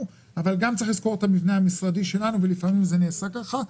צריך לזכור את המבנה המשרדי שלנו בו לפעמים זה נעשה ככה.